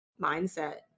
mindset